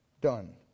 done